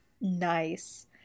Nice